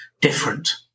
different